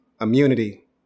immunity